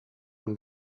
him